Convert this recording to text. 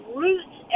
roots